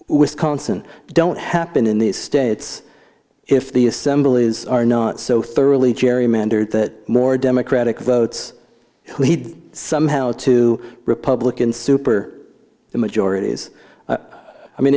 wisconsin don't happen in these states if the assemblies are not so thoroughly gerrymandered that more democratic votes lead somehow to republican super majorities i mean